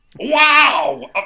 Wow